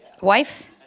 Wife